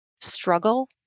struggle